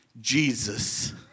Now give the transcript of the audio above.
Jesus